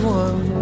one